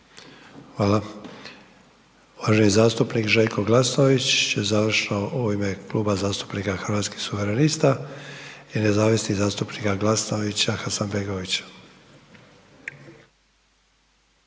Hvala. Uvaženi zastupnik Željko Glasnović će završno u ime Kluba zastupnika Hrvatskih suverenista i nezavisnih zastupnika Glasnovića i Hasanbegovića.